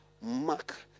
Mark